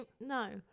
No